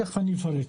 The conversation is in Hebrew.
תכף אפרט.